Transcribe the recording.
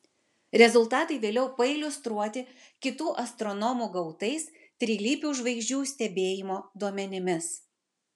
rezultatai vėliau pailiustruoti kitų astronomų gautais trilypių žvaigždžių stebėjimo duomenimis